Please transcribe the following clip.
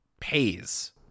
pays